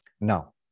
Now